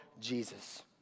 Jesus